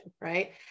right